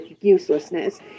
uselessness